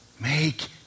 make